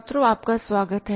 छात्रों आपका स्वागत है